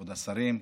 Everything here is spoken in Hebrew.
כבוד השרים,